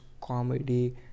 comedy